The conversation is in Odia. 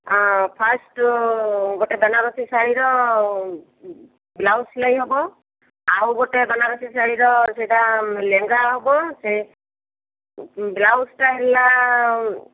ହାଁ ଫାଷ୍ଟ୍ ଗୋଟେ ବନାରସୀ ଶାଢ଼ୀର ବ୍ଲାଉଜ୍ ସିଲାଇ ହେବ ଆଉ ଗୋଟେ ବନାରସୀ ଶାଢ଼ୀର ସେଇଟା ଲେହେଙ୍ଗା ହେବ ସେ ବ୍ଲାଉଜ୍ଟା ହେଲା